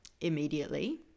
immediately